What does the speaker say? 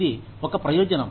ఇది ఒక ప్రయోజనం